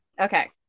Okay